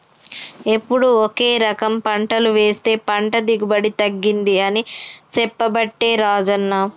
ఎప్పుడు ఒకే రకం పంటలు వేస్తె పంట దిగుబడి తగ్గింది అని చెప్పబట్టే రాజన్న